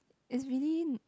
it's really